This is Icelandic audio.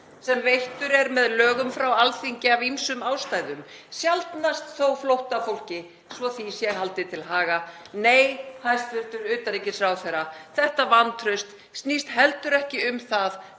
sem veittur er með lögum frá Alþingi af ýmsum ástæðum, sjaldnast þó flóttafólki svo því sé haldið til haga. Nei, hæstv. utanríkisráðherra. Þetta vantraust snýst heldur ekki um það